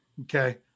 Okay